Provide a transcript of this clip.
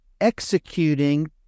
executing